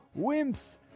wimps